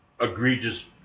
Egregious